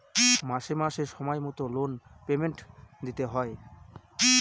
মাসে মাসে সময় মতো লোন পেমেন্ট দিতে হয়